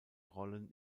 rollen